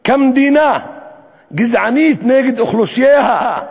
כמדינה גזענית נגד אוכלוסייתה,